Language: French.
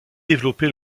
développé